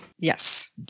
Yes